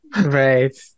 Right